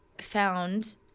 found